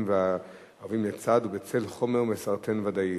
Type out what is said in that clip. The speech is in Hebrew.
והווים לצד ובצל חומר "מסרטן ודאי",